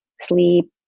sleep